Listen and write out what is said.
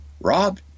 Rob